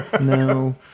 No